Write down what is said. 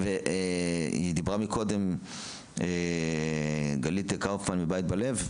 דיברה מקודם גלית קאופמן מ-"בית בלב".